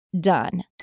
done